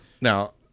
Now